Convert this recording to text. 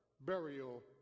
burial